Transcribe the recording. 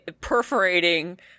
perforating